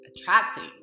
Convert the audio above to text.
attracting